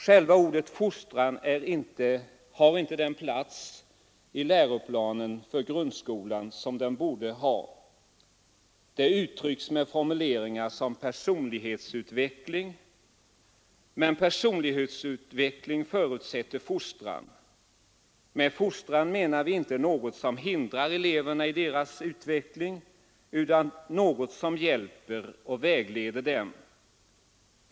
Själva ordet fostran har inte den plats i läroplanen för grundskolan som det borde ha. Det uttrycks i stället med en formulering som ”personlighetsutveckling”. Men personlighetsutveckling förutsätter fostran. Med fostran menar vi inte något som hindrar eleverna i deras utveckling utan något som hjälper och vägleder dem.